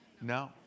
No